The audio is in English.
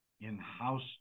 in-house